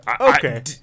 Okay